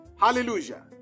Hallelujah